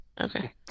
Okay